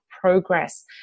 progress